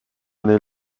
neil